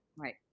Right